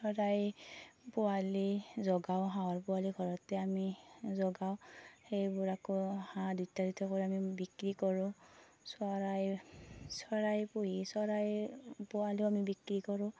চৰাই পোৱালি জগাওঁ হাঁহৰ পোৱালি ঘৰতে আমি জগাওঁ সেইবোৰ আকৌ হাঁহ কৰি আমি বিক্ৰী কৰোঁ চৰাই চৰাই পুহি চৰাইৰ পোৱালিও আমি বিক্ৰী কৰোঁ